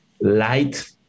light